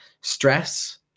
stress